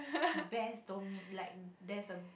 best told me like there is a